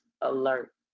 alert